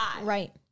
Right